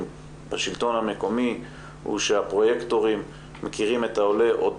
בשלטון המקומי הוא שהפרוייקטורים מכירים את העולה עוד